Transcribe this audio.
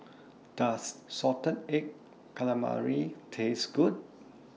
Does Salted Egg Calamari Taste Good